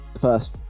first